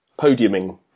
podiuming